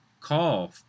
call